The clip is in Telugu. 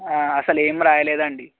అసలు ఏమి రాయలేదండి